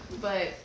But-